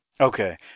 Okay